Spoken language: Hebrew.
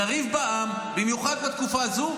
נריב בעם במיוחד בתקופה הזו.